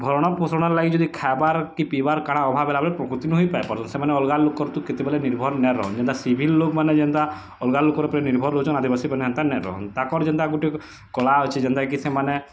ଭରଣ ପୋଷୋଣ ଲାଗି ଯଦି ଖାଏବାର୍ କି ପିଇବାର୍ କାଣା ଅଭାବ୍ ହେଲା ବୋଲି ପ୍ରକୃତି ନୁ ହିଁ ପାଇ ପାରୁସନ୍ ସେମାନେ ଅଲଗା ଲୋକ୍ ର ତୁ କେତେବେଲେ ନିର୍ଭର୍ ନା ରହେ ଯେନ୍ତା ସିଭିଲ୍ ଲୋକ୍ ମାନେ ଯେନ୍ତା ଅଲଗା ଲୋକ୍ ଉପରେ ନିର୍ଭର୍ ରହୁଛନ୍ ଅଧିବାସୀ ମାନେ ହେନ୍ତା ନାଇଁ ରହନ୍ ତାକର୍ ଯେନ୍ତା ଗୁଟେ କଲା ଅଛି ଯେନ୍ତା କି ସେମାନେ